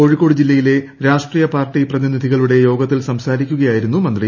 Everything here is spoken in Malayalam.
കോഴിക്കോട് ജില്ലയിലെ രാഷ്ട്രീയ പാർട്ടി പ്രതിനിധികളുടെ യോഗത്തിൽ സംസാരിക്കുകയായിരുന്നു മന്ത്രി